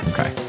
Okay